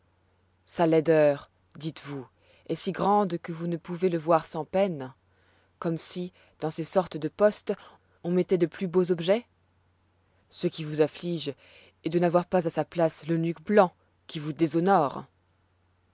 sa laideur dites-vous est si grande que vous ne pouvez le voir sans peine comme si dans ces sortes de postes on mettoit de plus beaux objets ce qui vous afflige est de n'avoir pas à sa place l'eunuque blanc qui vous déshonore